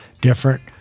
different